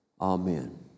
Amen